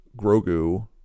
Grogu